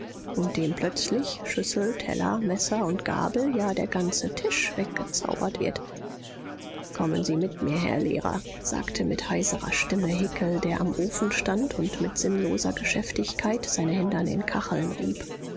und dem plötzlich schüssel teller messer und gabel ja der ganze tisch weggezaubert wird kommen sie mit mir herr lehrer sagte mit heiserer stimme hickel der am ofen stand und mit sinnloser geschäftigkeit seine hände an den kacheln rieb